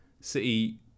City